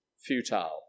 Futile